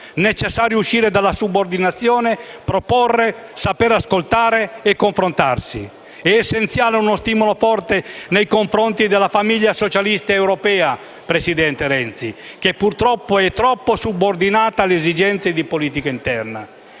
necessario uscire dalla subordinazione, proporre, saper ascoltare e confrontarsi. È essenziale uno stimolo forte nei confronti della famiglia socialista europea, presidente Renzi, che purtroppo è troppo subordinata alle esigenze di politica interna.